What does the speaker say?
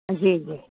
जी जी